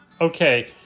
Okay